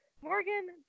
Morgan